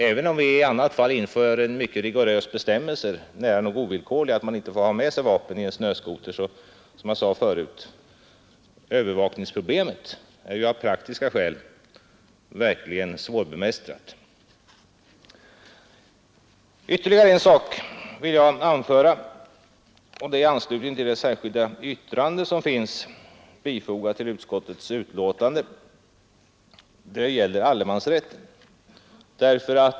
Även om vi i annat fall inför en mycket rigorös och nära nog ovillkorlig bestämmelse att man inte får ha vapen med sig i en snöskoter, så är övervakningsproblemet — som jag sade förut - av praktiska skäl verkligen svårbemästrat Ytterligare en sak vill jag anföra i anslutning till det särskilda yttrande som finns fogat till utskottets betänkande, nämligen då det gäller allemansrätten.